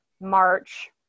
march